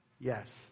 Yes